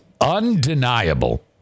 undeniable